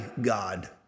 God